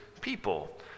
people